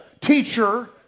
teacher